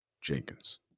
Jenkins